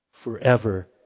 Forever